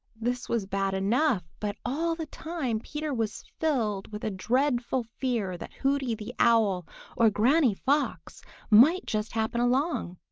this was bad enough, but all the time peter was filled with a dreadful fear that hooty the owl or granny fox might just happen along.